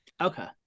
Okay